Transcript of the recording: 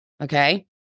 okay